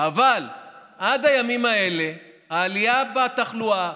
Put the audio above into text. אבל עד הימים האלה הייתה עלייה בתחלואה,